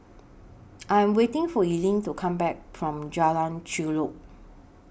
I'm waiting For Eileen to Come Back from Jalan Chulek